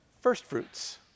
firstfruits